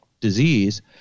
Disease